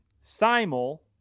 Simul